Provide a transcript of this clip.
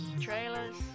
trailers